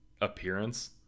appearance